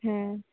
হ্যাঁ